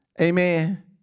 Amen